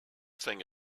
thing